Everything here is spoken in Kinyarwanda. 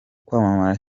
kwamamara